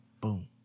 Boom